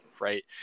Right